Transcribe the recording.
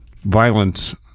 violence